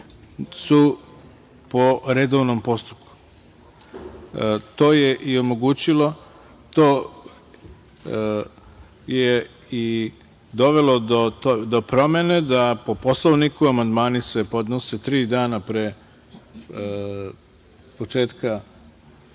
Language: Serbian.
su po redovnom postupku. To je i dovelo do promene da po Poslovniku amandmani se podnose tri dana pre početka